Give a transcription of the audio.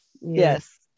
Yes